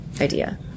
idea